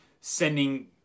sending